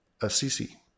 Assisi